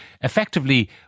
effectively